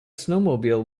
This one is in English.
snowmobile